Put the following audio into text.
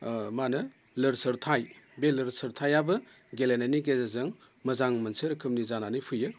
मा होनो लोर सोरथाय बे लोरसोरथायाबो गेलेनायनि गेजेरजों मोजां मोनसे रोखोमनि जानानै फैयो